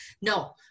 No